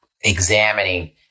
examining